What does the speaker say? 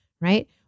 Right